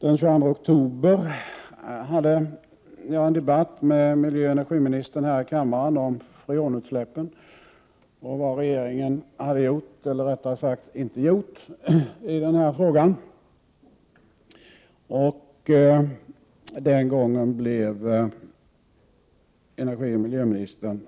Den 22 oktober hade jag en debatt med miljöoch energiministern här i kammaren om freonutsläppen och vad regeringen hade gjort eller rättare sagt inte gjort i den frågan. Den gången blev miljöoch energiministern